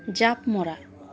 জাঁপ মৰা